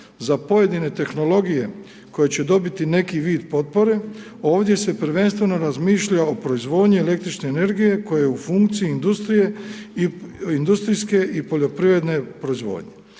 za pojedine tehnologije koje će dobiti neki vid potpore ovdje se prvenstveno razmišlja o proizvodnji električne energije koja je u funkciji industrijske i poljoprivredne proizvodnje.